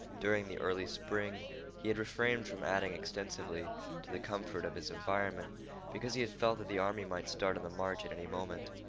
during the early spring he had refrained from adding extensively to the comfort of his environment because he had felt that the army might start on the march at any moment.